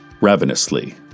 ravenously